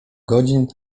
godzin